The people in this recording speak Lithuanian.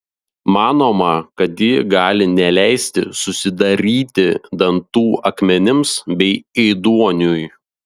manoma kad ji gali neleisti susidaryti dantų akmenims bei ėduoniui